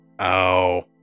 Ow